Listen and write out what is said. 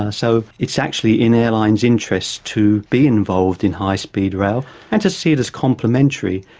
ah so it's actually in airlines' interest to be involved in high speed rail and to see it as complimentary.